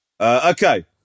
Okay